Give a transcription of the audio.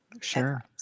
Sure